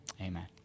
Amen